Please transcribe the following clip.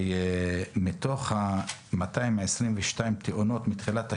מתוך 222 התאונות מתחילת השנה,